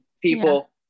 people